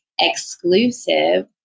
exclusive